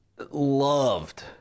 loved